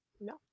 no